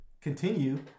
continue